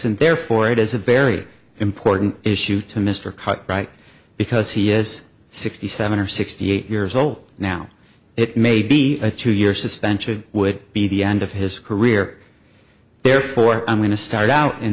and therefore it is a very important issue to mr cartwright because he is sixty seven or sixty eight years old now it may be a two year suspension would be the end of his career therefore i'm going to start out in